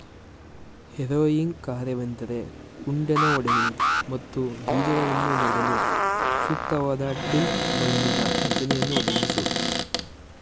harrowing ಕಾರ್ಯವೆಂದರೆ ಉಂಡೆನ ಒಡೆಯುವುದು ಮತ್ತು ಬೀಜಗಳನ್ನು ನೆಡಲು ಸೂಕ್ತವಾದ ಟಿಲ್ತ್ ಮಣ್ಣಿನ ರಚನೆಯನ್ನು ಒದಗಿಸೋದು